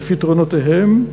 בפתרונותיהם,